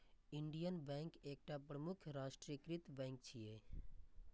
Indian bank एकटा प्रमुख राष्ट्रीयकृत बैंक छियै